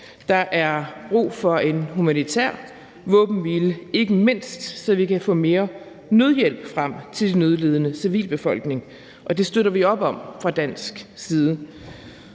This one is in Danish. Der er brug for en humanitær våbenhvile, ikke mindst så vi kan få mere nødhjælp frem til den nødlidende civilbefolkning, og det støtter vi op om fra dansk side.